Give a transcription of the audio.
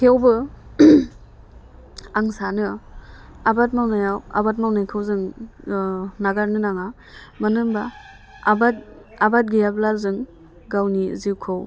थेवबो आं सानो आबाद मावनायाव आबाद मावनायखौ जों नागारनो नाङा मानो होनबा आबाद आबाद गैयाब्ला जों गावनि जिउखौ